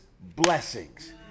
blessings